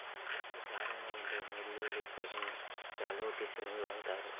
ఎక్కువ కారంగా ఉండే వెల్లుల్లి కోసం షాలోట్స్ ని వాడతారు